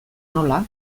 nola